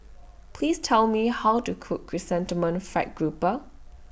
Please Tell Me How to Cook Chrysanthemum Fried Grouper